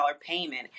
payment